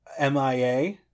MIA